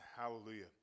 Hallelujah